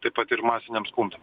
taip pat ir masiniam skundam